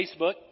Facebook